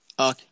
Okay